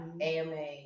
AMA